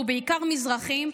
ובעיקר מזרחים,